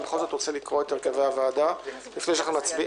אני בכל זאת רוצה לקרוא את ההרכב הסיעתי של הוועדה לפני שנצביע.